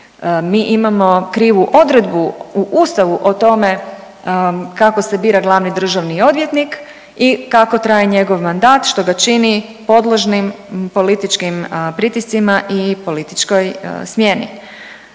Mi imamo krivu odredbu u ustavu o tome kako se bira glavni državni odvjetnik i kako traje njegov mandat što ga čini podložnim političkim pritiscima i političkoj smjeni.